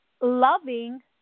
loving